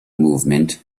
movement